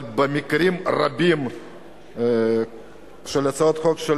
אבל במקרים רבים של הצעות חוק של